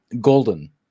Golden